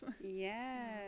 yes